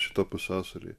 šitą pusiasalį